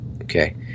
okay